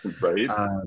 Right